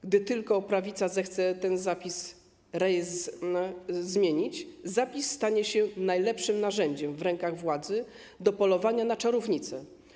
Gdy tylko prawica zechce ten zapis zmienić, rejestr stanie się najlepszym narzędziem w rękach władzy do polowania na czarownice.